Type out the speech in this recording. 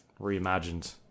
reimagined